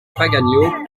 pagano